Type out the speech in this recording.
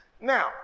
Now